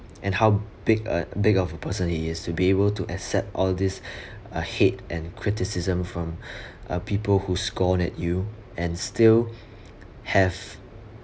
and how big uh big of a person he is to be able to accept all these uh hate and criticism from uh people who scorned at you and still have